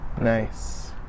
Nice